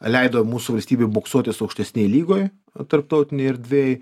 leido mūsų valstybei boksuotis aukštesnėj lygoj tarptautinėj erdvėj